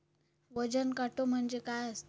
वजन काटो म्हणजे काय असता?